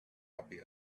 happy